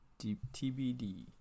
TBD